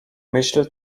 myśl